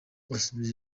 asubiza